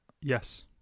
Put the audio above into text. Yes